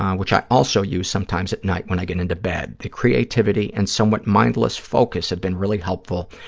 um which i also use sometimes at night when i get into bed. the creativity and somewhat mindless focus have been really helpful,